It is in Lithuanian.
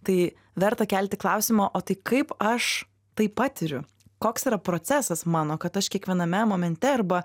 tai verta kelti klausimą o tai kaip aš tai patiriu koks yra procesas mano kad aš kiekviename momente arba